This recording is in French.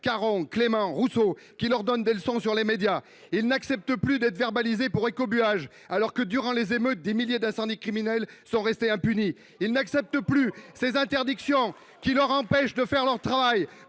Caron, Clément, Rousseau – qui leur donnent des leçons dans les médias ! Ils n’acceptent plus d’être verbalisés pour écobuage alors que, durant les émeutes, des milliers d’incendies criminels sont restés impunis ! Cela reste à voir ! Ils n’acceptent plus ces interdictions qui les empêchent de faire leur travail,